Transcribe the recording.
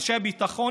אנשי ביטחון,